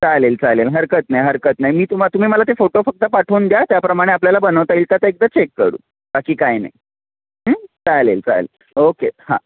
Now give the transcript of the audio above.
चालेल चालेल हरकत नाही हरकत नाही मी तुमा तुमी मला ते फोटो फक्त पाठवून द्या त्याप्रमाणे आपल्याला बनवता येईल का तर एकदा चेक करू बाकी काही नाही चालेल चालेल ओके हा